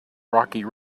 rocky